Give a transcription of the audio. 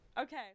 Okay